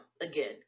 again